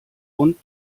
und